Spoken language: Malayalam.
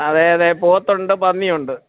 അതെ അതെ പോത്തുണ്ട് പന്നിയുണ്ട്